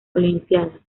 olimpíadas